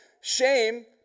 shame